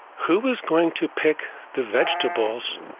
who is going to pick the vegetables?